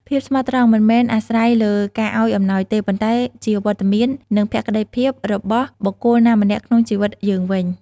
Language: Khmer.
ភាពស្មោះត្រង់មិនមែនអាស្រ័យលើការឱ្យអំណោយទេ ប៉ុន្តែជាវត្តមាន និងភក្ដីភាពរបស់បុគ្គលណាម្នាក់ក្នុងជីវិតយើងវិញ។